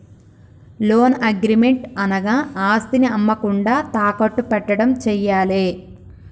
loan agreement అనగా ఆస్తిని అమ్మకుండా తాకట్టు పెట్టడం చేయాలే